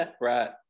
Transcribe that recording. right